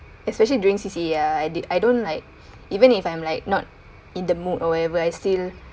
especially during C_C_A ah I did I don't like even if I am like not in the mood whatever I still